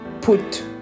put